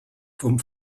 vom